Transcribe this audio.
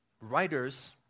writers